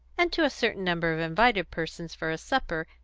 and to a certain number of invited persons for a supper,